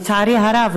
ולצערי הרב,